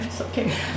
okay